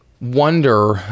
wonder